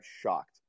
shocked